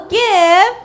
give